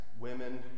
women